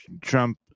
Trump